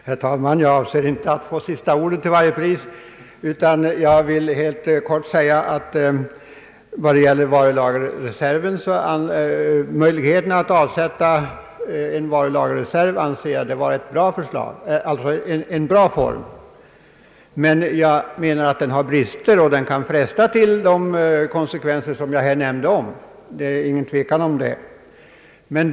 Herr talman! Jag avser inte att till varje pris få sista ordet utan vill bara helt kort säga att möjligheten att avsätta en varulagerreserv anser jag vara en ganska bra metod. Men jag menar att den har brister och kan fresta till ett handlande med de konsekvenser jag nämnde — det är ingen tvekan om det.